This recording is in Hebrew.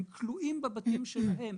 הם כלואים בבתים שלהם.